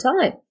time